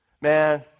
Man